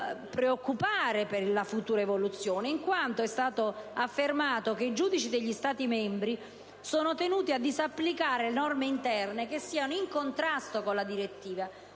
preoccupare per la futura evoluzione, in quanto è stato affermato che i giudici degli Stati membri sono tenuti a disapplicare norme interne che siano in contrasto con la direttiva